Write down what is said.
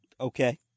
Okay